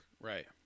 Right